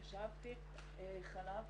אני שאבתי יותר חלב